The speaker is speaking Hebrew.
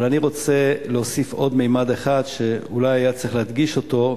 אבל אני רוצה להוסיף עוד ממד אחד שאולי היה צריך להדגיש אותו,